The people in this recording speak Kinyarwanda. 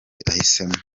ahisemo